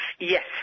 Yes